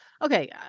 Okay